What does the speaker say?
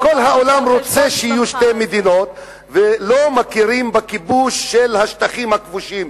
כל העולם רוצה שיהיו שתי מדינות ולא מכיר בכיבוש של השטחים הכבושים.